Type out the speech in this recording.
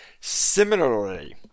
Similarly